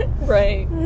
right